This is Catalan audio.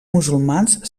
musulmans